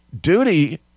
duty